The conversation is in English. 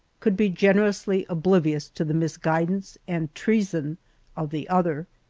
could be generously oblivious to the misguidance and treason of the other.